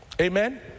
Amen